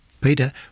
peter